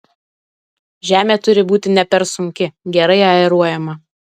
žemė turi būti ne per sunki gerai aeruojama